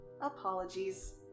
Apologies